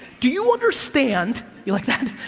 do you understand, you like that?